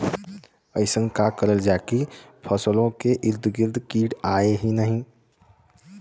अइसन का करल जाकि फसलों के ईद गिर्द कीट आएं ही न?